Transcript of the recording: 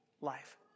life